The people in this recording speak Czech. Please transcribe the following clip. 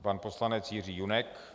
Pan poslanec Jiří Junek.